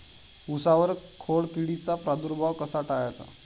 उसावर खोडकिडीचा प्रादुर्भाव कसा टाळायचा?